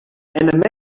and